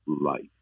life